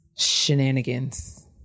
Shenanigans